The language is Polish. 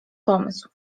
pomysł